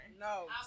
No